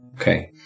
Okay